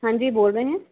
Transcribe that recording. हाँ जी बोल रहे हैं